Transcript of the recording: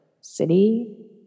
City